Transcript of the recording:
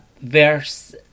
verse